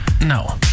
No